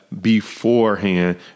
beforehand